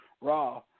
Raw